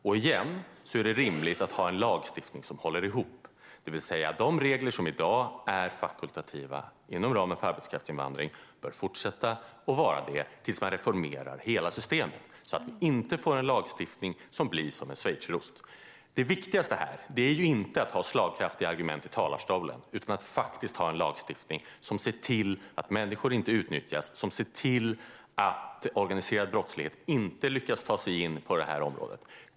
Återigen: Det är rimligt att ha en lagstiftning som håller ihop, det vill säga att de regler som i dag är fakultativa inom ramen för arbetskraftsinvandring bör fortsätta att vara det tills hela systemet reformeras, så att vi inte får en lagstiftning som blir som en schweizerost. Det viktigaste här är inte att ha slagkraftiga argument i talarstolen utan att ha en lagstiftning som ser till att människor inte utnyttjas och att organiserad brottslighet inte lyckas ta sig in på detta område.